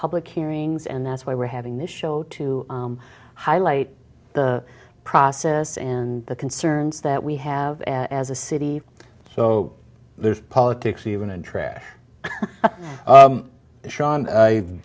public hearings and that's why we're having this show to highlight the process and the concerns that we have as a city so there's politics even in trash sean i